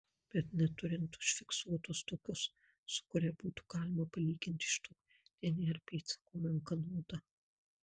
bet neturint užfiksuotos tokios su kuria būtų galima palyginti iš to dnr pėdsako menka nauda